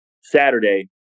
Saturday